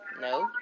No